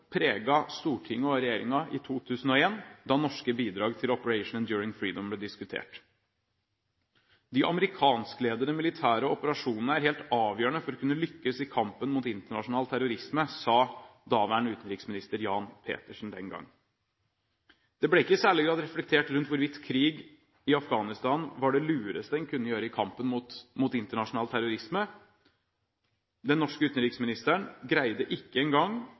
preget Stortinget og regjeringen i 2001 da norske bidrag til Operation Enduring Freedom ble diskutert. «De amerikanskledede militære operasjonene er helt avgjørende for å kunne lykkes i kampen mot internasjonal terrorisme.» Dette sa daværende utenriksminister Jan Petersen den gang. Det ble ikke i særlig grad reflektert rundt hvorvidt krig i Afghanistan var det lureste en kunne gjøre i kampen mot internasjonal terrorisme. Den norske utenriksministeren greide ikke engang